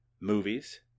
movies